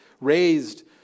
raised